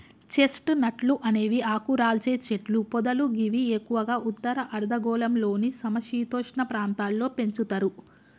chest నట్లు అనేవి ఆకురాల్చే చెట్లు పొదలు గివి ఎక్కువగా ఉత్తర అర్ధగోళంలోని సమ శీతోష్ణ ప్రాంతాల్లో పెంచుతరు